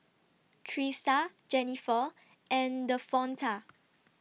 Tressa Jenifer and Davonta